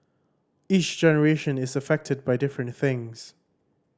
each generation is affected by different things